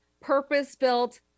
purpose-built